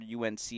UNC